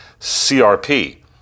CRP